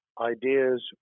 ideas